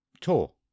tour